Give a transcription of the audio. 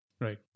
Right